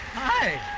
hi.